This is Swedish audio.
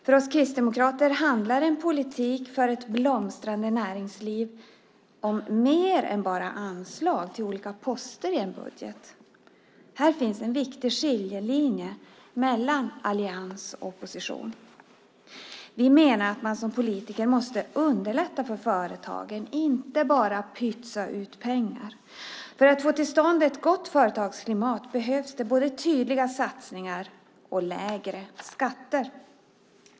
För oss kristdemokrater handlar en politik för ett blomstrande näringsliv om mer än bara anslag till olika poster i en budget. Här finns en viktig skiljelinje mellan allians och opposition. Vi menar att man som politiker måste underlätta för företagen och inte bara pytsa ut pengar. För att få till stånd ett gott företagsklimat behövs både tydliga satsningar och lägre skatter.